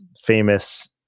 famous